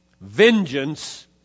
vengeance